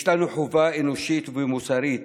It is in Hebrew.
יש לנו חובה אנושית ומוסרית